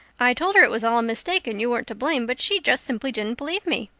i told her it was all a mistake and you weren't to blame, but she just simply didn't believe me.